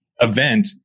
event